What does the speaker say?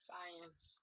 Science